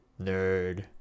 nerd